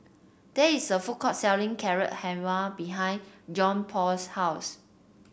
there is a food court selling Carrot Halwa behind Johnpaul's house